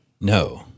No